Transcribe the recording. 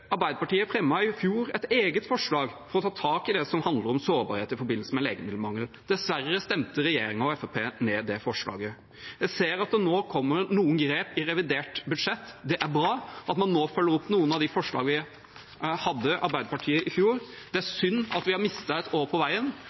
Arbeiderpartiet fremmet i fjor et eget forslag for å ta tak i det som handler om sårbarhet i forbindelse med legemiddelmangel. Dessverre stemte regjeringen og Fremskrittspartiet ned det forslaget. Jeg ser at det nå vil bli tatt noen grep i revidert budsjett. Det er bra at man nå følger opp noen av de forslagene Arbeiderpartiet hadde i fjor. Det er synd at vi har mistet et år på veien.